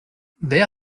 wer